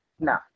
No